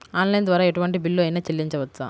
Online ద్వారా ఎటువంటి bill అయినా చెల్లించవచ్చా?